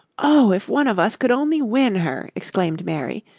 oh, if one of us could only win her! exclaimed mary,